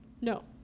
No